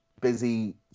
busy